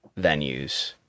venues